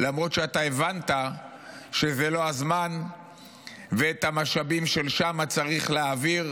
למרות שאתה הבנת שזה לא הזמן ואת המשאבים של שם צריך להעביר,